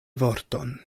vorton